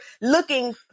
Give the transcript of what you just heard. looking